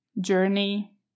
journey